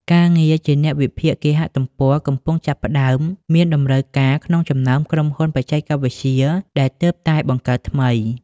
ការងារជាអ្នកវិភាគគេហទំព័រ កំពុងចាប់ផ្តើមមានតម្រូវការក្នុងចំណោមក្រុមហ៊ុនបច្ចេកវិទ្យាដែលទើបតែបង្កើតថ្មី ។